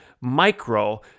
micro